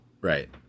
Right